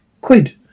quid